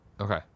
Okay